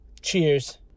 Cheers